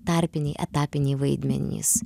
tarpiniai etapiniai vaidmenys